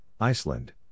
Iceland